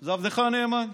זה עבדך הנאמן,